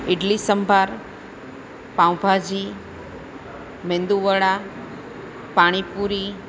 idli sambar pav bhaji medu vada pani પૂરી